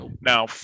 Now